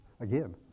Again